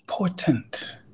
Important